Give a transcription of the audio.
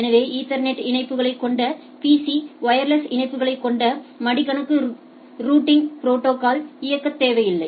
எனவே ஈத்தர்நெட் இணைப்புகளைக் கொண்ட பிசி வயர்லெஸ் இணைப்புகளைக் கொண்ட மடிக்கணினிகள் ரூட்டிங் ப்ரோடோகால்ஸ்களை இயக்கத் தேவையில்லை